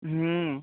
হুম